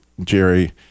Jerry